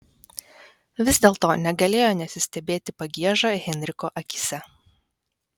vis dėlto negalėjo nesistebėti pagieža henriko akyse